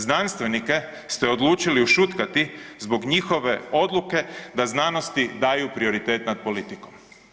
Znanstvenike ste odlučili ušutkati zbog njihove odluke da znanosti daju prioritet nad politikom.